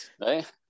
right